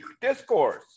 discourse